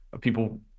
people